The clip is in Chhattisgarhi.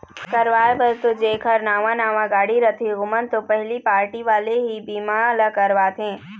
करवाय बर तो जेखर नवा नवा गाड़ी रथे ओमन तो पहिली पारटी वाले ही बीमा ल करवाथे